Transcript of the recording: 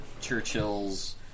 Churchill's